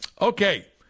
Okay